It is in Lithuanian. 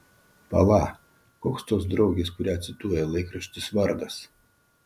pala koks tos draugės kurią cituoja laikraštis vardas